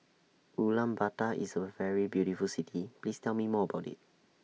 Ulaanbaatar IS A very beautiful City Please Tell Me More about IT